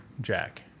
jack